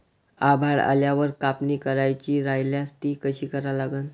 आभाळ आल्यावर कापनी करायची राह्यल्यास ती कशी करा लागन?